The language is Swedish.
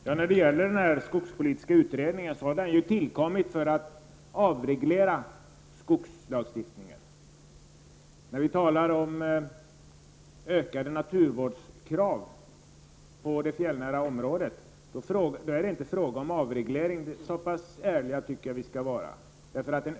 Herr talman! Den skogspolitiska utredningen har tillsatts för att avreglera skogslagstiftningen. När vi talar om större naturvårdskrav på det fjällnära området är det inte fråga om avreglering. Så pass ärliga tycker jag att vi skall vara.